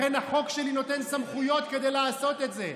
לכן החוק שלי נותן סמכויות לעשות את זה.